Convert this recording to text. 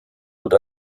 und